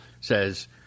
says